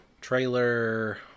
trailer